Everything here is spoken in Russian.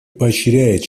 поощряет